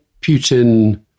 Putin